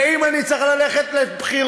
ואם אני צריך ללכת לבחירות,